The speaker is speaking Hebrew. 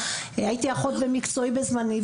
הייתי אחות במקצועי בזמנו,